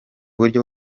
buryo